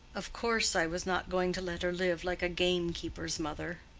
of course i was not going to let her live like a gamekeeper's mother.